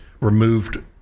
removed